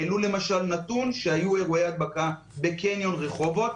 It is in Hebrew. העלו למשל נתון שהיו אירועי הדבקה בקניון רחובות,